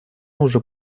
уже